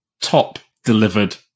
top-delivered